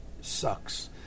sucks